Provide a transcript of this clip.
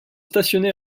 stationné